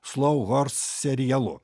slau hors serialu